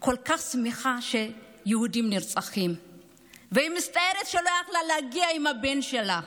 כל כך שמחה שיהודים נרצחים והיא מצטערת שלא יכלה להגיע עם הבן שלה.